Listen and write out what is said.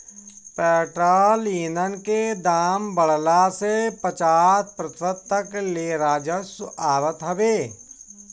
petrol ईधन के दाम बढ़ला से पचास प्रतिशत तक ले राजस्व आवत हवे